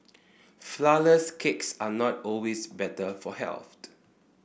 flourless cakes are not always better for